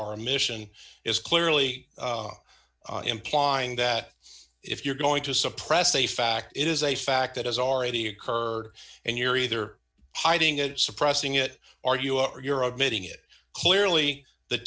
our mission is clearly implying that if you're going to suppress a fact it is a fact that has already occurred and you're either hiding it suppressing it or you are you're admitting it clearly the